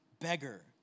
beggar